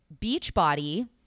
Beachbody